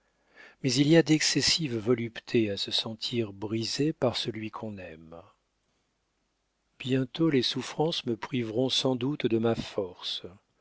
mais il y a d'excessives voluptés à se sentir brisée par celui qu'on aime bientôt les souffrances me priveront sans doute de ma force